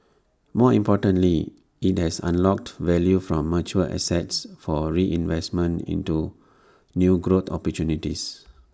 more importantly IT has unlocked value from mature assets for reinvestment into new growth opportunities